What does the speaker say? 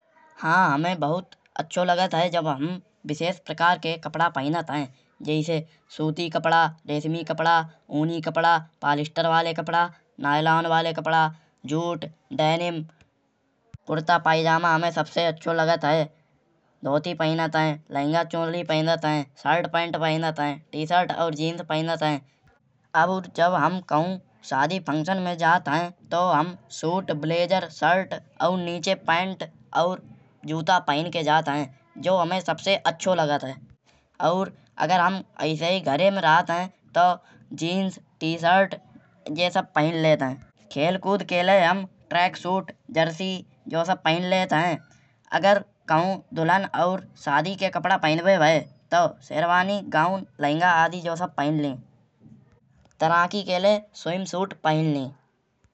हां हमैं बहुत अच्छो लागत है। जब हम विशेष प्रकार के कपड़ा फिनत है। जैसे सूती कपड़ा रेशमी कपड़ा ऊनी कपड़ा पालिस्टर वाले कपड़ा नायलॉन वाले कपड़ा जूट डेनिम कुरता पैजामा हमै सबसे अच्छो लागत है। धोती फिनत है लहंगा चुनरी पहिनत है। शर्ट पैंट पहिनत है। टी शर्ट अउर जीन्स पहिनत है। और जब हम कहु शादी फंक्शन में जात है। तौ हम सूट ब्लेज़र शर्ट अउर नीचे पैंट अउर जूता पहिन के जात है। जो हमै सबसे अच्छो लागत है। और अगर हम अइसै हीं घर में रहत है। तौ जीन्स टी शर्ट जे सब पहिन लेत है। खेल कूद के लाए हम ट्रैक सूट जर्सी जौ सब पहिन लेत है। अगर कहु दुलहन और शादी के कपड़ा फिनवे भाई। तौ शेरवानी गाउन लहंगा आदी जो सब पहिन ले। तारकी के लाय स्विमसूट पहिन ले।